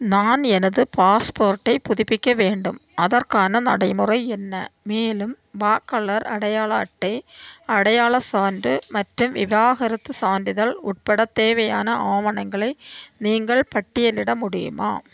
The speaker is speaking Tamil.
நான் எனது பாஸ்போர்ட்டை புதுப்பிக்க வேண்டும் அதற்கான நடைமுறை என்ன மேலும் வாக்காளர் அடையாள அட்டை அடையாளச் சான்று மற்றும் விவாகரத்துச் சான்றிதழ் உட்பட தேவையான ஆவணங்களை நீங்கள் பட்டியலிட முடியுமா